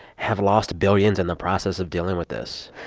have lost billions in the process of dealing with this?